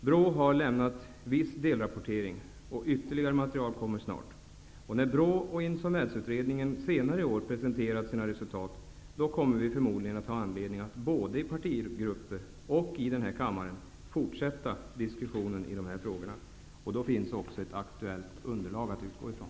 BRÅ har lämnat viss delrapportering, och ytterligare material kommer snart. När BRÅ och insolvensutredningen senare i år presenterat sina resultat kommer vi förmodligen att ha anledning att både i partigrupper och här i kammaren fortsätta diskussionen i de här frågorna, och då finns också ett aktuellt underlag att utgå ifrån.